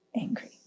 Angry